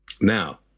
Now